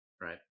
right